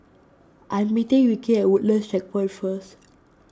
I am meeting Ricky at first